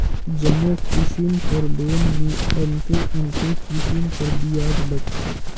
जम्मो किसिम कर लोन में अन्ते अन्ते किसिम कर बियाज लगथे